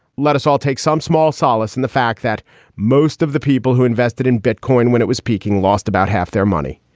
let us all take some small solace in the fact that most of the people who invested in bitcoin when it was piquing lost about half their money.